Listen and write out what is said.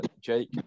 Jake